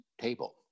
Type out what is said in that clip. table